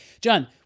John